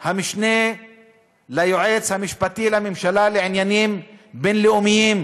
המשנה ליועץ המשפטי לממשלה לעניינים בין-לאומיים.